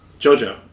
JoJo